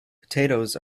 potatoes